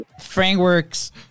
frameworks